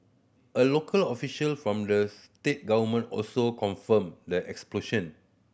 a local official from the state government also confirmed the explosion